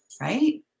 right